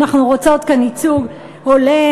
אנחנו רוצות כאן ייצוג הולם,